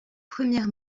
première